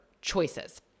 choices